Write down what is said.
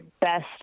best